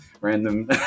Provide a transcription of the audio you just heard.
random